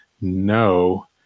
no